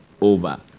over